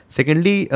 Secondly